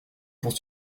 pour